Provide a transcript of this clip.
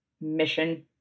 mission